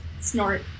Snort